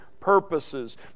purposes